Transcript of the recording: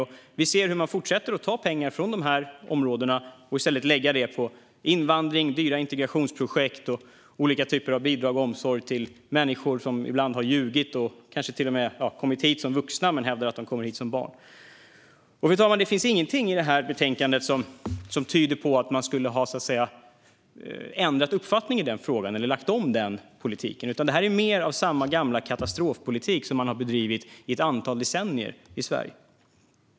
Vi ser också att man fortsätter ta pengar från de områdena och i stället lägger dem på invandring, dyra integrationsprojekt och olika typer av bidrag till och omsorg för människor som ibland har ljugit och kanske till och med kommit hit som vuxna men hävdar att de var barn när de kom. Fru talman! Det finns ingenting i det här betänkandet som tyder på att man skulle ha ändrat uppfattning i den frågan eller lagt om politiken. Det här är mer av samma gamla katastrofpolitik som man har bedrivit i ett antal decennier i Sverige.